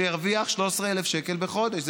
ירוויח 13,000 שקל בחודש.